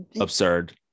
absurd